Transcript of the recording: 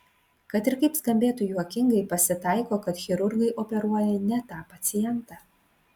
kad ir kaip skambėtų juokingai pasitaiko kad chirurgai operuoja ne tą pacientą